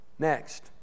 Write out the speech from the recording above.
Next